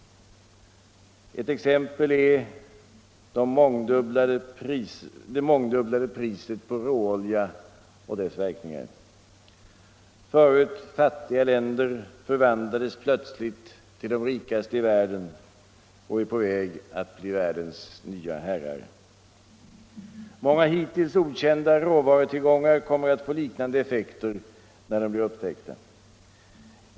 Ett exempel är det mångdubblade priset på råolja och dess verkningar. Förut fattiga länder förvandlades plötsligt till de rikaste i världen och är på väg att bli världens nya herrar. Många hittills okända råvarutillgångar kommer att få liknande effekter när de blir upptäckta.